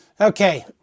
okay